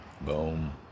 Boom